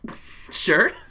Sure